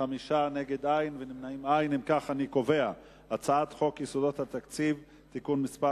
חוק יסודות התקציב (תיקון מס'